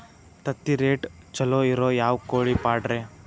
ತತ್ತಿರೇಟ್ ಛಲೋ ಇರೋ ಯಾವ್ ಕೋಳಿ ಪಾಡ್ರೇ?